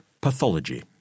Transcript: pathology